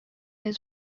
his